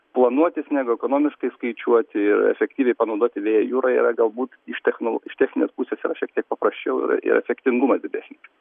planuotis negu ekonomiškai skaičiuoti ir efektyviai panaudoti vėją jūroje yra galbūt iš techno iš techninės pusės yra šiek tiek paprasčiau ir ir efektingumas didesnis